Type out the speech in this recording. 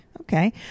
Okay